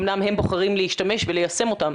אמנם הם בוחרים להשתמש וליישם אותם,